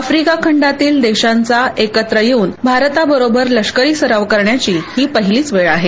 Africa खंडातील देशांचा एकत्र येऊन भारताबरोबर लष्करी सराव करण्याची ही पहिलीच वेळ आहे